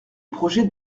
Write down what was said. projet